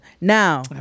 now